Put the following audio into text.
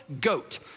goat